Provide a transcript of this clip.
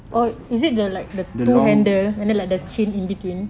the long